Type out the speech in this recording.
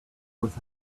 with